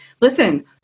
listen